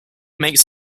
makes